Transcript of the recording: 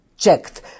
Checked